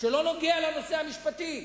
שלא נוגעים לנושא המשפטי.